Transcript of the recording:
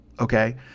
okay